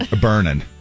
burning